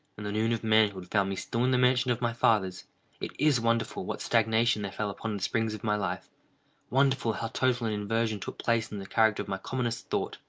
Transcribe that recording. and the noon of manhood found me still in the mansion of my fathers it is wonderful what stagnation there fell upon the springs of my life wonderful how total an inversion took place in the character of my commonest thought.